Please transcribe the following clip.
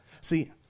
See